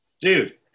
Dude